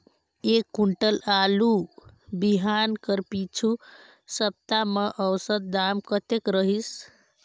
एक कुंटल आलू बिहान कर पिछू सप्ता म औसत दाम कतेक रहिस?